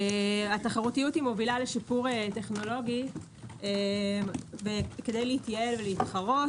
התחרותית מובילה לשיפור טכנולוגי כדי להתייעל ולהתחרות.